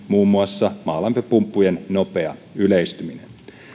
muun muassa maalämpöpumppujen nopea yleistyminen